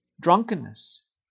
drunkenness